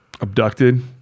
abducted